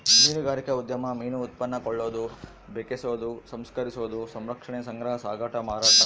ಮೀನುಗಾರಿಕಾ ಉದ್ಯಮ ಮೀನು ಉತ್ಪನ್ನ ಕೊಳ್ಳೋದು ಬೆಕೆಸೋದು ಸಂಸ್ಕರಿಸೋದು ಸಂರಕ್ಷಣೆ ಸಂಗ್ರಹ ಸಾಗಾಟ ಮಾರಾಟ